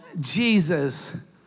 Jesus